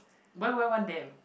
why would I want them